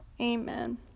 Amen